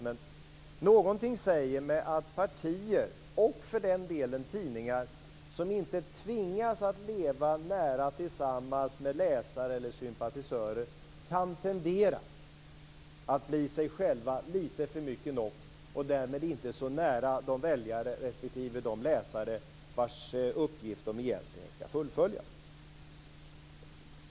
Men någonting säger mig att partier, och för den delen tidningar, som inte tvingas leva nära tillsammans med sympatisörer eller läsare, kan tendera att bli sig själva nog lite för mycket, och därmed inte så nära de väljare respektive de läsare vars uppgift de egentligen skall fullfölja.